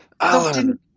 Alan